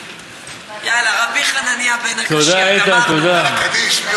יאללה, רבי חנניה בן עקשיא, גמרנו.